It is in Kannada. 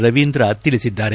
ರವೀಂದ್ರ ತಿಳಿಸಿದ್ದಾರೆ